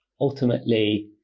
ultimately